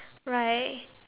right